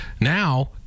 Now